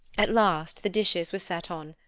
at last the dishes were set on,